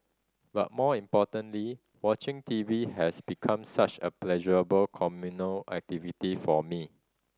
but more importantly watching T V has become such a pleasurable communal activity for me